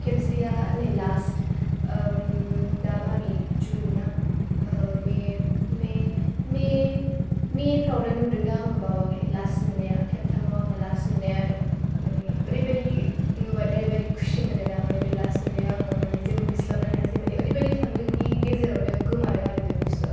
खेबसेया नै लास्ट दा माबि जुन ना मे मे मेफ्रावनो नुदोंदां आङो बावाखै लास्ट नुनाया खेबथामाव आङो लास्ट नुनाया आरो माने ओरैबायदि नुबाथाय ओरैबायदि खुसि मोनो ना ओमफाय बे लास्ट नुनायाव आङो जेबो बिस्लाबनो हायासै माने ओरैबायदि थांदों खि गेजेरावनो गोमादों आरो बे बुस्थुआ